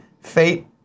Fate